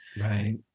Right